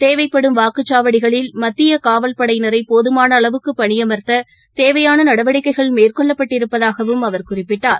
தேவைப்படும் வாக்குச்சாவடிகளில் மத்தியகாவல் படையினரைபோதமானஅளவுக்குபணியமர்த்தேவையானநடவடிக்கைகள் மேற்கொள்ளப் பட்டிருப்பதாகவும் அவர் குறிப்பிட்டார்